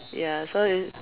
ya so is